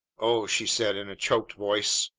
oh! she said in a choked voice.